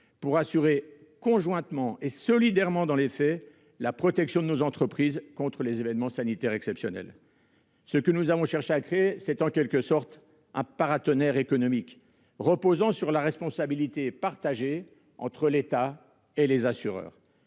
pour assurer conjointement et solidairement dans les faits la protection de nos entreprises contre les événements sanitaires exceptionnels. En quelque sorte, nous avons cherché à créer un « paratonnerre économique » reposant sur la responsabilité partagée entre l'État et les assureurs.